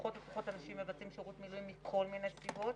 פחות ופחות אנשים מבצעים שירות מילואים מכל מיני סיבות.